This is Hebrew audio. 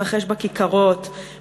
מתרחש בכיכרות,